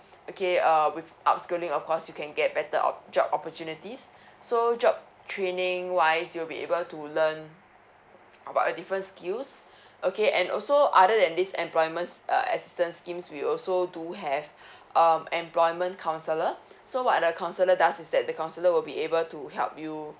okay uh with upskilling of course you can get better op~ job opportunities so job training wise you'll be able to learn about a different skills okay and also other than these employments uh assistance schemes we also do have um employment counsellor so what are the counsellor does is that the counsellor will be able to help you